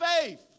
faith